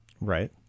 Right